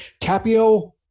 Tapio